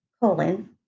colon